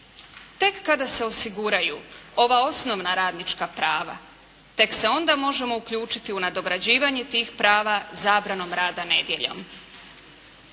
Tek kada se osiguraju ova osnovna radnička prava tek se onda možemo uključiti u nadograđivanje tih prava zabranom rada nedjeljom.